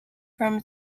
from